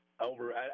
over